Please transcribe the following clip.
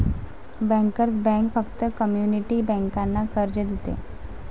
bankers bank फक्त community बँकांना कर्ज देते